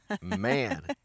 Man